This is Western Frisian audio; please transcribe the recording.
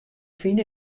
fine